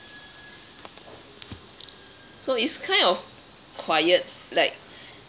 so it's kind of quiet like